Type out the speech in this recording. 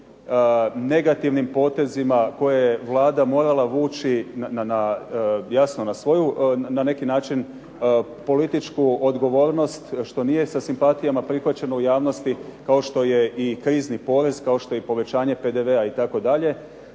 negativnim potezima koje je Vlada morala vući jasno na svoju, na neki način, političku odgovornost što nije sa simpatijama prihvaćeno u javnosti, kao što je i krizni porez, kao što je i povećanje PDV-a itd.